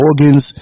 organs